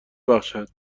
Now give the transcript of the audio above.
بخشد